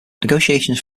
negotiations